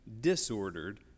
disordered